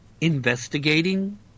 investigating